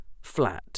flat